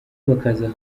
bakaza